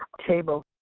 table.